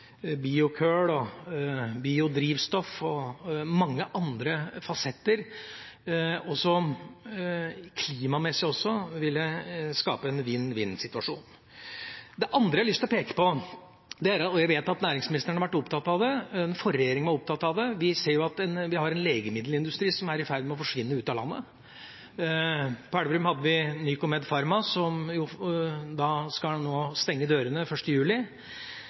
biodrivstoff og mange andre fasetter, som klimamessig også ville skape en vinn–vinn-situasjon. Det andre jeg har lyst til å peke på – jeg vet at næringsministeren har vært opptatt av det, og den forrige regjeringa var opptatt av det – er at vi har en legemiddelindustri som er i ferd med å forsvinne ut av landet. På Elverum hadde vi Nycomed Pharma, som skal stenge dørene 1. juli.